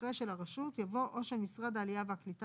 אחרי "של הרשות" יבוא "או של משרד העלייה והקליטה,